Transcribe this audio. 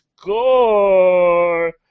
score